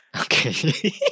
Okay